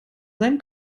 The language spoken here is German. sein